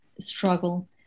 struggle